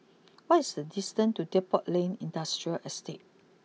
what is the distance to Depot Lane Industrial Estate